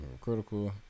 critical